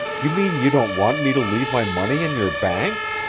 you mean you don't want me to leave my money in your bank?